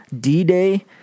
D-Day